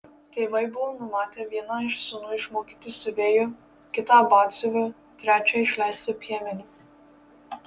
tėvai buvo numatę vieną iš sūnų išmokyti siuvėju kitą batsiuviu trečią išleisti piemeniu